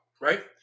right